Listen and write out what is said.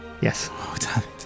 Yes